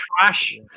trash